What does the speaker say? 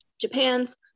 Japan's